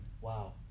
Wow